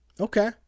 okay